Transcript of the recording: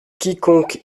quiconque